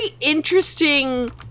interesting